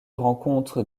rencontre